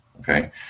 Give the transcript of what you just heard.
okay